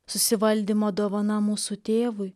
susivaldymo dovana mūsų tėvui